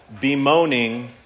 bemoaning